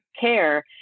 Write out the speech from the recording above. care